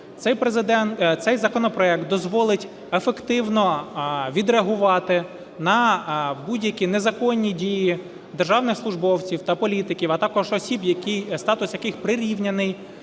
Цей законопроект дозволить ефективно відреагувати на будь-які незаконні дії державних службовців та політиків, а також осіб, статус яких прирівняний